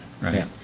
right